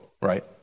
right